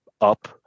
up